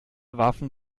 waffen